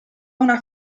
una